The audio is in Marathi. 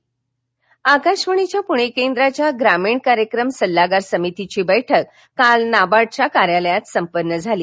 आकाशवाणी बठक आकाशवाणी पुणे केंद्राच्या ग्रामीण कार्यक्रम सल्लागार समितीची बैठक काल नाबार्ड च्या कार्यलयात संपन्न झाली